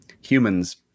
humans